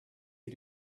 you